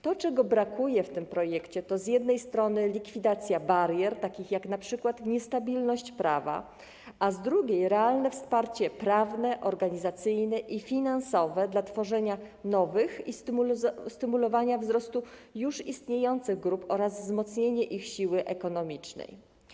To, czego brakuje w tym projekcie, to z jednej strony likwidacja barier, takich jak np. niestabilność prawa, a z drugiej realne wsparcie prawne, organizacyjne i finansowe dla tworzenia nowych i stymulowania wzrostu już istniejących grup oraz wzmocnienie ich siły ekonomicznej.